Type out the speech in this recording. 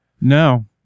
No